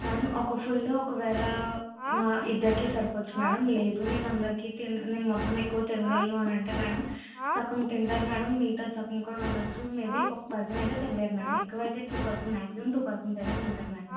madam ఒక full ఒకవేళ ఆ ఇద్దరికి సరిపోవచ్చు మేడం లేదు నేను అందరికీ తిన్ నేను మొత్తం ఎక్కువ తినగలను అనంటే మేడం సగం తింటారు మేడం మిగతా సగం కూడా ఉండచ్చు మేబి ఒక పర్సన్ అయితే తినలేరు మేడం ఎక్కువ అయితే two persons maximum two persons అయితే తింటారు మేడం